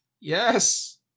Yes